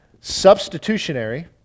substitutionary